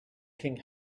king